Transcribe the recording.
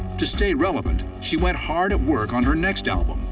to stay relevant, she went hard at work on her next album,